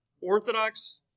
Orthodox